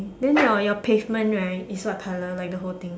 then your your pavement right is what colour like the whole thing